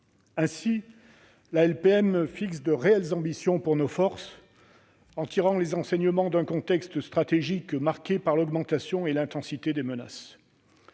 La LPM fixe de réelles ambitions pour nos forces, en tirant les enseignements d'un contexte stratégique marqué par l'augmentation et l'intensité des menaces.